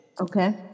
Okay